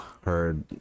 heard